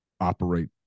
operate